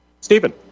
Stephen